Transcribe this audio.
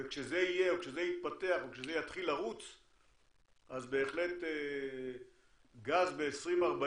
וכשזה יהיה או כשזה יתפתח או כשזה יתחיל לרוץ אז בהחלט גז ב-2040